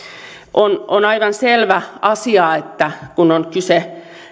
on on aivan selvä asia että kun on kyse